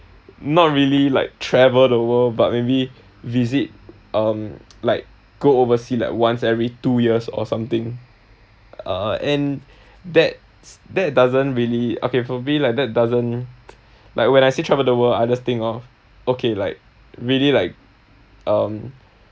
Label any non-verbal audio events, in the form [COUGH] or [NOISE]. not really like travel the world but maybe visit um like go overseas like once every two years or something uh and that's that doesn't really okay probably like that doesn't [NOISE] like when I say travel the world others think of okay like really like um